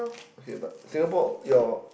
okay but Singapore your